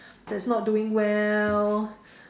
that's not doing well